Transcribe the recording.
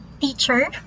teacher